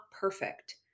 perfect